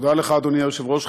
תודה לך, אדוני היושב-ראש.